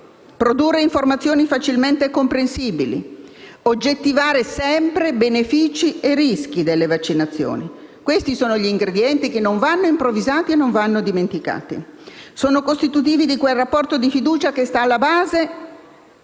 produrre informazioni facilmente comprensibili, oggettivare sempre benefici e rischi delle vaccinazioni: questi sono gli ingredienti che non vanno improvvisati e non vanno dimenticati. Essi sono costitutivi di quel rapporto di fiducia che sta alla base,